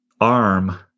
arm